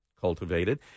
cultivated